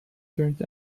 turned